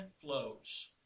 flows